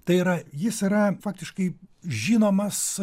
tai yra jis yra faktiškai žinomas